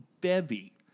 bevy